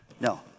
no